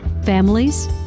families